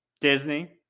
Disney